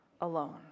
alone